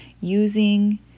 using